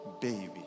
baby